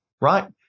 right